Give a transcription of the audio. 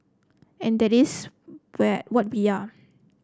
and that is where what we are